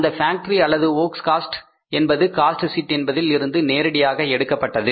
அந்த ஃபேக்டரி அல்லது works cost என்பது காஸ்ட் ஷீட் என்பதில் இருந்து நேரடியாக எடுக்கப்பட்டது